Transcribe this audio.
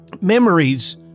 memories